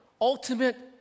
ultimate